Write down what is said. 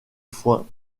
foin